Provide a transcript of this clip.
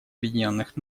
объединенных